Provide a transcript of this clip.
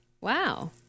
Wow